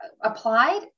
applied